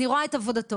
אני רואה את עבודתו.